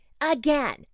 Again